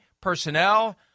personnel